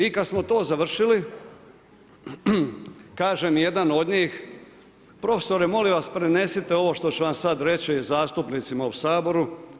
I kada smo to završili kaže mi jedan od njih – profesore molim vas prenesite ovo što ću vam sada reći zastupnicima u Saboru.